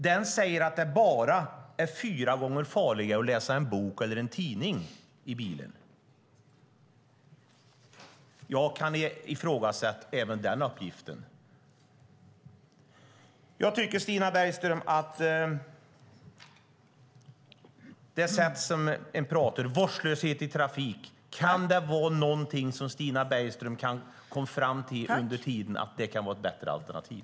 Den säger att det är bara fyra gånger farligare att läsa en bok eller en tidning i bilen. Jag kan ifrågasätta även den uppgiften. Med tanke på det sätt som Stina Bergström talar om vårdslöshet i trafiken undrar jag om det kan vara något som hon kommit fram till under tiden, att det kan vara ett bättre alternativ.